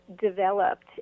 developed